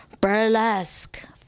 burlesque